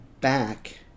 back